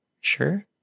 Sure